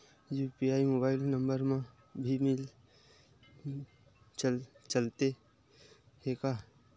UPI mobile number मा भी चलते हे का?